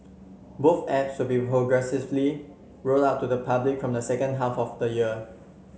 both apps will be progressively rolled out to the public from the second half of the year